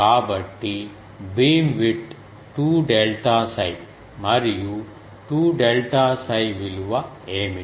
కాబట్టి beamwidth 2 delta 𝜓 మరియు 2 delta 𝜓 విలువ ఏమిటి